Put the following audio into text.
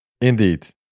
Indeed